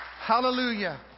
Hallelujah